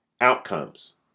outcomes